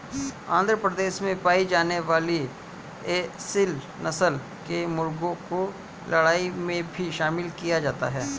आंध्र प्रदेश में पाई जाने वाली एसील नस्ल के मुर्गों को लड़ाई में भी शामिल किया जाता है